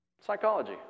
Psychology